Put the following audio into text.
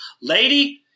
Lady